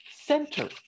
center